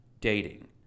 dating